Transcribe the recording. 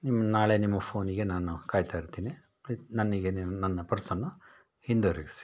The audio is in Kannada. ನಿಮ್ಮ ನಾಳೆ ನಿಮ್ಮ ಫೋನಿಗೆ ನಾನು ಕಾಯುತ್ತಾ ಇರ್ತೀನಿ ನನಗೆ ನೀವು ನನ್ನ ಪರ್ಸನ್ನು ಹಿಂದಿರುಗಿಸಿ